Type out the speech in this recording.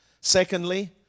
Secondly